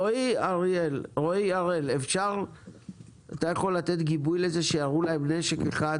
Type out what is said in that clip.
רועי הראל אתה יכול לתת גיבוי לזה שיראו להם נשק אחד?